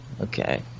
okay